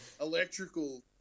electrical